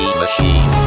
machine